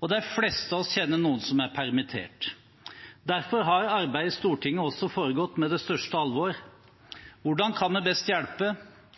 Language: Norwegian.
og de fleste av oss kjenner noen som er permittert. Derfor har arbeidet i Stortinget også foregått med det største alvor. Hvordan kan vi best hjelpe?